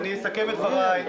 אני אסכם את דבריי.